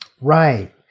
Right